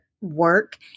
work